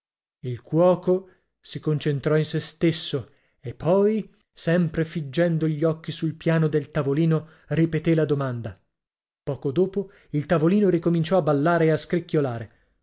il cuoco si concentrò in sé stesso e poi sempre figgendo gli occhi sul piano del tavolino ripeté la domanda poco dopo il tavolino ricominciò a ballare e a scricchiolare